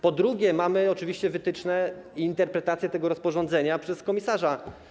Po drugie, mamy oczywiście wytyczne i interpretacje tego rozporządzenia przez komisarza.